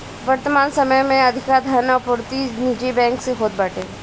वर्तमान समय में अधिका धन आपूर्ति निजी बैंक से होत बाटे